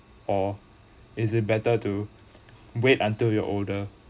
or is it better to wait until you're older